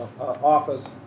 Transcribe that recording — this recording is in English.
office